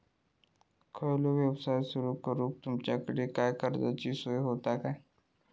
खयचो यवसाय सुरू करूक तुमच्याकडे काय कर्जाची सोय होता काय?